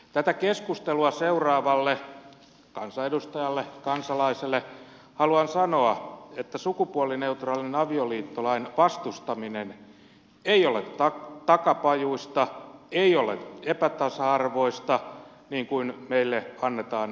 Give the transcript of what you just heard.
tätä keskustelua seuraavalle kansanedustajalle ja kansalaiselle haluan sanoa että sukupuolineutraalin avioliittolain vastustaminen ei ole takapajuista ei ole epätasa arvoista niin kuin meille annetaan ymmärtää